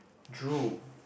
drool